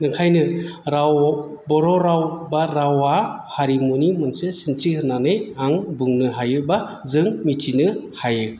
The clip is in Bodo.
ओंखायनो राव बर' राव बा रावा हारिमुनि मोनसे सिनस्रि हाेननानै आं बुंनो हायो बा जों मिथिनो हायो